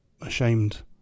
ashamed